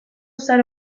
zahar